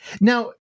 Now